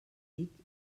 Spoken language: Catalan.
dic